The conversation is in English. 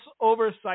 Oversight